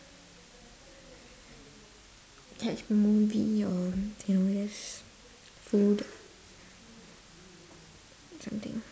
catch movie or you know just food something